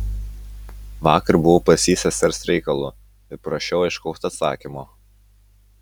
vakar buvau pas jį sesers reikalu ir prašiau aiškaus atsakymo